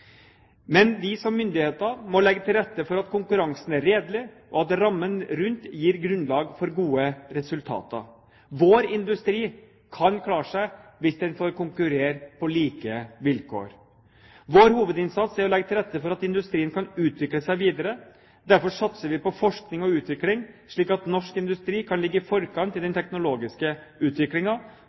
Men vi som myndigheter må legge til rette for at konkurransen er redelig, og at rammen rundt gir grunnlag for gode resultater. Vår industri kan klare seg hvis den får konkurrere på like vilkår. Vår hovedinnsats er å legge til rette for at industrien kan utvikle seg videre. Derfor satser vi på forskning og utvikling, slik at norsk industri kan ligge i forkant i den teknologiske